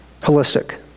holistic